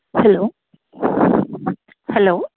hello hello